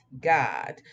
god